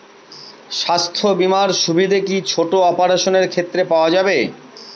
স্বাস্থ্য বীমার সুবিধে কি ছোট অপারেশনের ক্ষেত্রে পাওয়া যাবে?